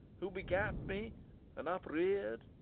who begat me and upreared?